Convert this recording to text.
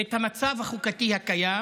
את המצב החוקתי הקיים,